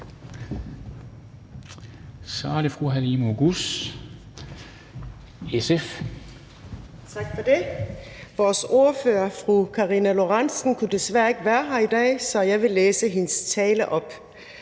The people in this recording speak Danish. Vores ordfører, fru Karina Lorentzen Dehnhardt, kunne desværre ikke være her i dag, så jeg vil læse hendes tale op.